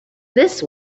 this